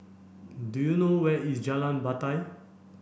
do you know where is Jalan Batai